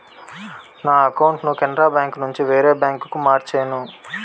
నా అకౌంటును కెనరా బేంకునుండి వేరే బాంకుకు మార్చేను